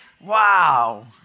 Wow